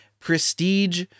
Prestige